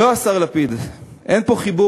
לא, השר לפיד, אין פה חיבור,